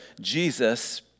Jesus